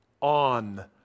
on